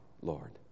Lord